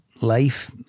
life